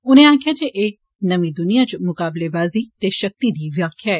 उनें आक्खेा जे एह नमीं दुनियां इच मुकाबलेवाजी ते शक्ति दी व्याख्या ऐ